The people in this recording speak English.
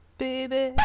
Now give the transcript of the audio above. baby